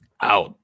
Out